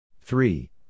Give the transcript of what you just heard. Three